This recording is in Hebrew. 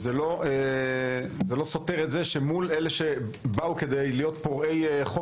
זה לא סותר שמול אלה שבאו כדי להיות פורעי חוק